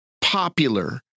popular